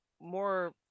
more